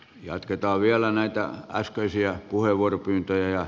jatketaan vielä näitä äskeisiä puheenvuoropyyntöjä